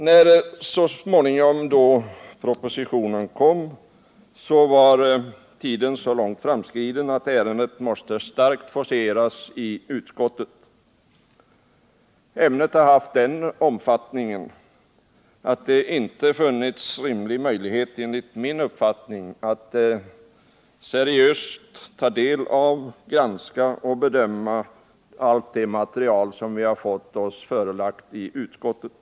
När propositionen så småningom kom var tiden så långt framskriden att ärendet måste starkt forceras i utskottet. Enligt min uppfattning har ämnet haft en sådan omfattning att det rimligtvis inte funnits möjligheter att seriöst ta del av, granska och bedöma allt det material som vi fått oss förelagt i utskottet.